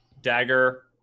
dagger